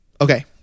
okay